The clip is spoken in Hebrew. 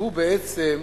שהוא בעצם,